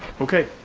okay,